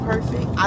perfect